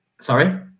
Sorry